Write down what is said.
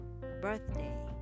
birthday